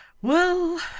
well,